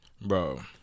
Bro